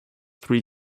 three